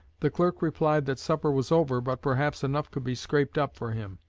the clerk replied that supper was over, but perhaps enough could be scraped up for him.